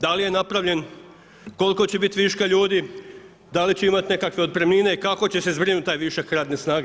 Da li je napravljen, koliko će biti viška ljudi, da li će imati nekakve otpremnine i kako će se zbrinuti taj višak radne snage.